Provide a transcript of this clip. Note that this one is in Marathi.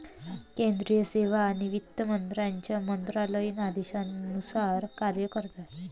केंद्रीय सेवा आणि वित्त मंत्र्यांच्या मंत्रालयीन आदेशानुसार कार्य करतात